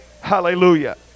hallelujah